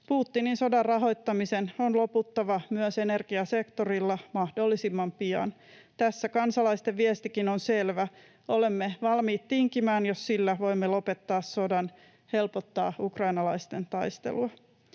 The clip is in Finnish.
Putinin sodan rahoittamisen on loputtava myös energiasektorilla mahdollisimman pian. Tässä kansalaisten viestikin on selvä: olemme valmiita tinkimään, jos sillä voimme lopettaa sodan, helpottaa ukrainalaisten taistelua.